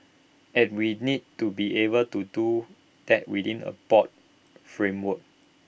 and we need to be able to do that within A broad framework